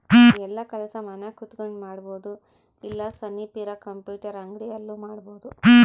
ಯೆಲ್ಲ ಕೆಲಸ ಮನ್ಯಾಗ ಕುಂತಕೊಂಡ್ ಮಾಡಬೊದು ಇಲ್ಲ ಸನಿಪ್ ಇರ ಕಂಪ್ಯೂಟರ್ ಅಂಗಡಿ ಅಲ್ಲು ಮಾಡ್ಬೋದು